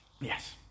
Yes